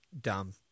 dumb